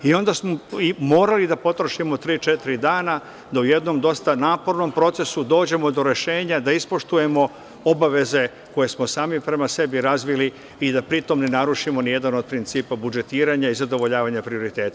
Onda smo morali da potrošimo tri, četiri dana da u jednom dosta napornom procesu dođemo do rešenja da ispoštujemo obaveze koje smo sami prema sebi razvili i da pri tome ne narušimo nijedan od principa budžetiranja i zadovoljavanja prioriteta.